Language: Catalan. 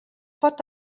pot